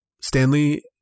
stanley